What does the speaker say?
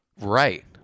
Right